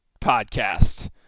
podcast